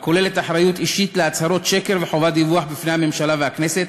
הכוללת אחריות אישית להצהרות שקר וחובת דיווח בפני הממשלה והכנסת.